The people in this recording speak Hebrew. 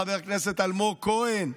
חבר הכנסת אלמוג כהן,